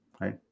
right